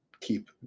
Keep